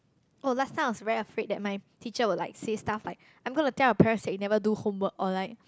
oh last time I was very epic that my teacher will like say stuff like I'm going to tell your parents that you never do homework or like